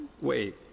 Wait